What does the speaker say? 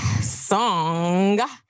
song